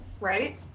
Right